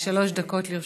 בבקשה, שלוש דקות לרשותך.